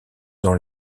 dans